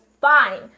fine